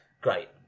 Great